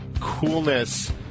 coolness